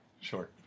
sure